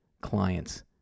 clients